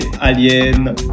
Alien